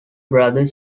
brother